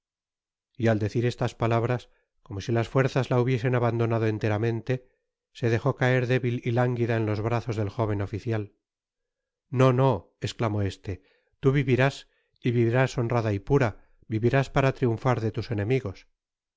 y al decir estas palabras como si las fuerzas la hubiesen abandonado enteramente se dejó caer débil y lánguida en los brazos del jóven oficial no no esclamó este tu vivirás y vivirás honrada y pura vivirás para triunfar de tus enemigos